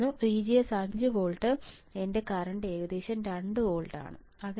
മറ്റൊന്ന് VGS5 volt എന്റെ current ഏകദേശം 2 ആണ്